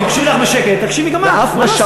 הוא הקשיב לך בשקט, תקשיבי גם את, מה לעשות.